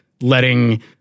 letting